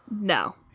No